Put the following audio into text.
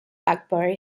akbar